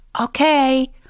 okay